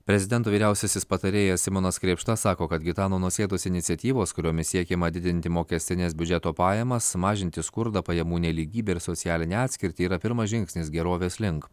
prezidento vyriausiasis patarėjas simonas krėpšta sako kad gitano nausėdos iniciatyvos kuriomis siekiama didinti mokestines biudžeto pajamas mažinti skurdą pajamų nelygybę ir socialinę atskirtį yra pirmas žingsnis gerovės link